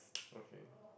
okay